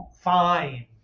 fine